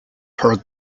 heard